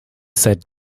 said